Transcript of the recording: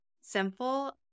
simple